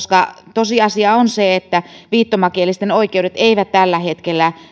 tosiasia on se että viittomakielisten oikeudet eivät tällä hetkellä